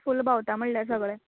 फूल भोंवता म्हळ्यार सगळें